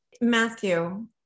Matthew